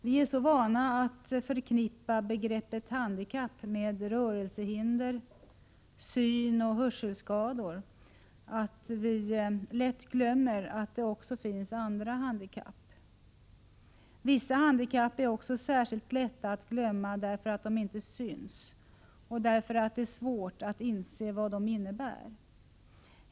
Vi är så vana att förknippa begreppet handikapp med rörelsehinder samt synoch hörselskador att vi lätt glömmer att det också finns andra handikapp. Vissa handikapp är också särskilt lätta att glömma, därför att de inte syns och därför att det är svårt att inse vad de innebär.